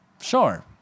Sure